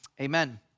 amen